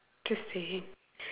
to say